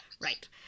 Right